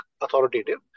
authoritative